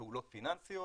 פעולות פיננסיות,